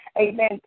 Amen